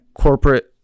corporate –